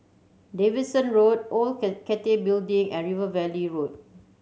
Davidson Road Old Cathay Building and River Valley Road